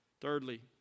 Thirdly